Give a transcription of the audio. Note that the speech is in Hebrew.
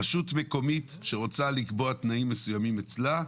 רשות מקומית שרוצה לקבוע תנאים מסוימים אצלה,